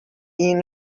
این